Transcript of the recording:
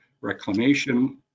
reclamation